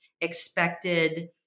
expected